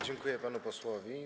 Dziękuję panu posłowi.